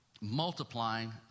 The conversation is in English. multiplying